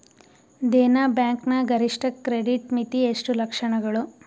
Dena bank ನ ಗರಿಷ್ಠ credit ಮಿತಿ ಎಷ್ಟು ಲಕ್ಷಗಳು?